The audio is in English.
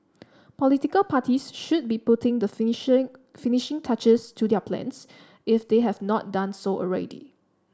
political parties should be putting the finishing finishing touches to their plans if they have not done so already